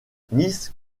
nice